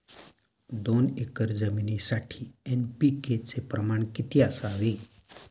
दोन एकर जमीनीसाठी एन.पी.के चे प्रमाण किती असावे?